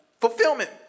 fulfillment